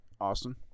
Austin